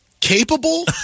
Capable